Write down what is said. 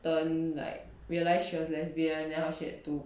turn like realised she was lesbian then how she had to